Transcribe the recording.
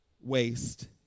waste